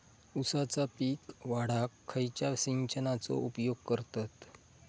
ऊसाचा पीक वाढाक खयच्या सिंचनाचो उपयोग करतत?